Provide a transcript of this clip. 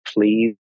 please